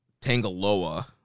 Tangaloa